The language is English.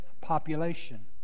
population